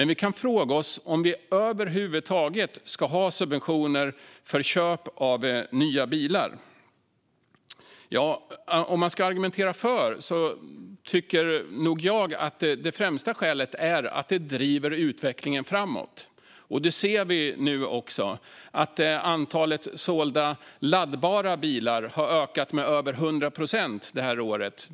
Vi kan fråga oss om vi över huvud taget ska ha subventioner för köp av nya bilar. Om man ska argumentera för det tycker jag nog att det främsta skälet är att det driver utvecklingen framåt. Antalet sålda laddbara bilar har ökat med över 100 procent det här året.